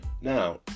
Now